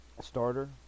starter